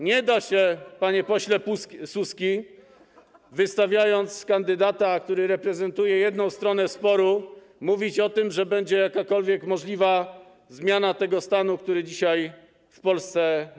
Nie da się, panie pośle Suski, wystawiając kandydata, który reprezentuje jedną stronę sporu, mówić o tym, że będzie możliwa jakakolwiek zmiana tego stanu, który dzisiaj mamy w Polsce.